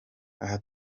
aha